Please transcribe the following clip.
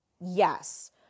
Yes